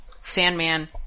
Sandman